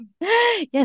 Yes